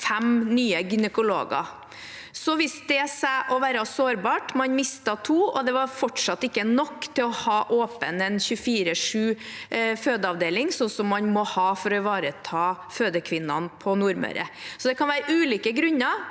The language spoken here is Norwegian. fem nye gynekologer. Det viste seg å være sårbart, man mistet to, og det var fortsatt ikke nok til å holde åpen en 24-7-fødeavdeling, som man må ha for å ivareta fødekvinnene på Nordmøre. Det kan være ulike grunner